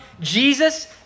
Jesus